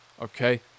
Okay